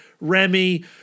Remy